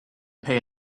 pay